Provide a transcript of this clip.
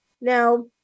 Now